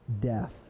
death